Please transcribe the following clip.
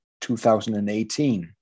2018